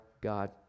God